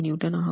7kN ஆகும்